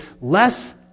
less